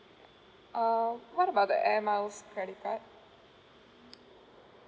uh what about the air miles credit card